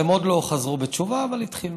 הם עוד לא חזרו בתשובה, אבל התחילו.